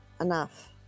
Enough